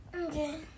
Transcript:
Okay